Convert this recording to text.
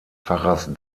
pfarrers